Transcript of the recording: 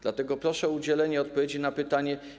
Dlatego proszę o udzielenie odpowiedzi na pytanie: